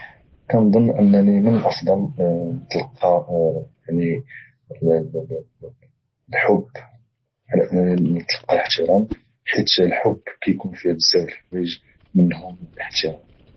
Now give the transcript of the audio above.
كنظن بانني من الافضل نتلقى الحب لانني نتلقى الاحترام حيث الحب كيكون فيه بزاف د الحوايج منهم الاحترام